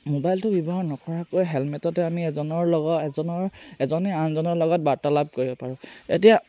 মোবাইলটো ব্যৱহাৰ নকৰাকৈ হেলমেটতে আমি এজনৰ লগৰ এজনৰ এজনে আনজনৰ লগত বাৰ্তালাপ কৰিব পাৰোঁ এতিয়া